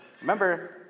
remember